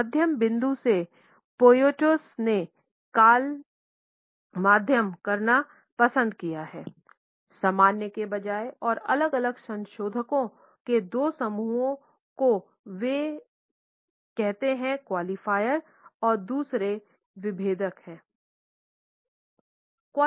एक मध्य बिंदु से पोयाटोस ने कॉल मध्यम करना पसंद किया है सामान्य के बजाय और अलग अलग संशोधकों के दो समूहों को वे हैं क्वालीफायर तथा दूसरे विभेदक है